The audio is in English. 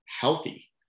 healthy